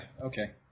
okay